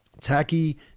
Tacky